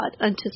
unto